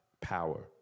power